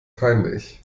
peinlich